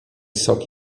sok